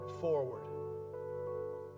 forward